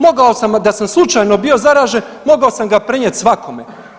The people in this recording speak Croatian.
Mogao sam, a da sam slučajno bio zaražen mogao sam ga prenijet svakome.